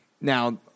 Now